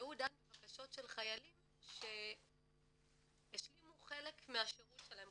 והוא דן בבקשות של חיילים שהשלימו חלק משמעותי מהשירות שלהם,